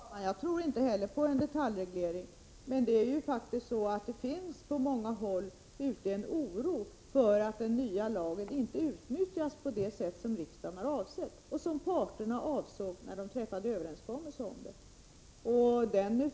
Fru talman! Jag tror inte heller på en detaljreglering. Men det finns ju faktiskt på många håll en oro för att den nya lagen inte utnyttjas på det sätt som riksdagen har avsett — och som parterna avsåg när de träffade överenskommelse på detta område.